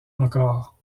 encore